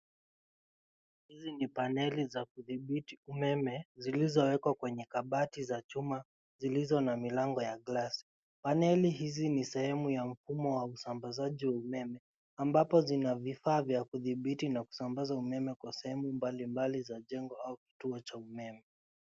Hizi ni paneli za kudhibiti umeme zilizowekwa kwenye kabati za chuma zilizo na milango ya glasi. Paneli hizi ni sehemu ya mfumo wa usambazaji wa umeme ambapo zinavifaa vya kudhibiti na kusambaza umeme kwa sehemu mbalimbali za jengo au kituo cha umeme.